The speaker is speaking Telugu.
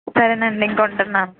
సరేనండి ఇంకా ఉంటన్నాము